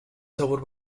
sabor